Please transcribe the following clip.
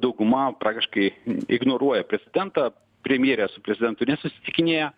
dauguma praktiškai ignoruoja prezidentą premjerė su prezidentu nesusitikinėja